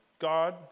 God